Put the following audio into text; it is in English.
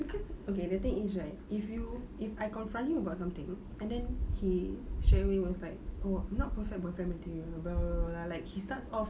cause okay the thing is right if you if I confront you about something and then he straightaway was like oh I'm not perfect boyfriend material blah blah blah blah like he starts off